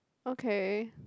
okay